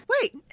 wait